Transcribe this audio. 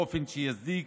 באופן שיצדיק